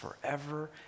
forever